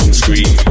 screen